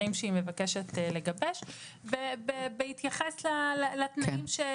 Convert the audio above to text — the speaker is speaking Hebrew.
שהיא מגבשת לבקש וזאת בהתייחס לתנאים שהיא,